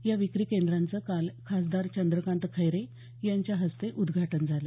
या विक्री केंद्रांचं काल खासदार चंद्रकांत खैरे यांच्या हस्ते उद्घाटन झालं